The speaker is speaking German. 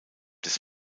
des